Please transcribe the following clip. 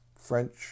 French